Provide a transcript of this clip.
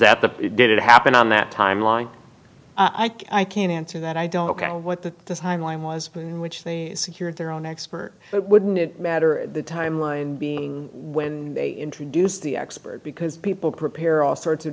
that the did it happen on that timeline i think i can answer that i don't know what the timeline was in which they secured their own expert but wouldn't it matter the time line being when they introduced the expert because people prepare all sorts of